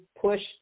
push